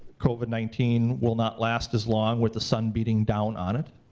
covid nineteen will not last as long with the sun beating down on it,